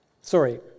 sorry